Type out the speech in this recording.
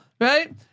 right